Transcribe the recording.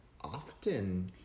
often